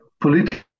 political